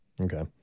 Okay